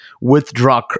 withdraw